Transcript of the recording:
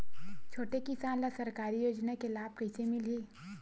छोटे किसान ला सरकारी योजना के लाभ कइसे मिलही?